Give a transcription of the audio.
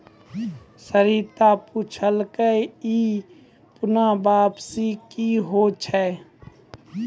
सरिता पुछलकै ई पूर्ण वापसी कि होय छै?